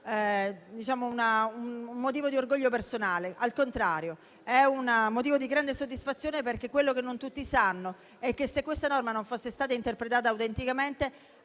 un motivo di orgoglio personale: al contrario, è motivo di grande soddisfazione perché non tutti sanno che, se questa norma non fosse stata interpretata autenticamente,